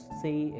say